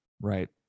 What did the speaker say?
Right